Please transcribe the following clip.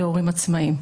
ל"הורים עצמאיים".